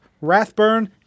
Rathburn